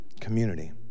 Community